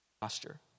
Posture